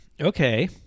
Okay